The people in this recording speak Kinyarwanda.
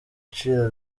byiciro